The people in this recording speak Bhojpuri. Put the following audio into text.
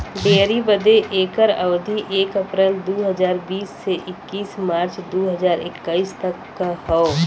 डेयरी बदे एकर अवधी एक अप्रैल दू हज़ार बीस से इकतीस मार्च दू हज़ार इक्कीस तक क हौ